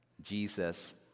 Jesus